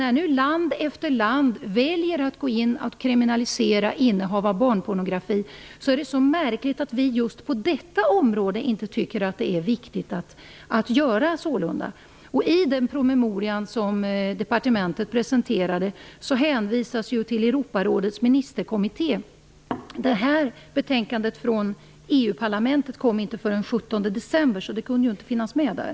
När nu land efter land väljer att kriminalisera innehav av barnpornografi, är det märkligt att vi just på detta område inte tycker att det är viktigt att göra sammalunda. I den promemoria som departementet presenterade hänvisas till Europarådets ministerkommitté. Betänkandet från EU parlamentet kom inte förrän den 17 december, så det det kunde inte finnas med där.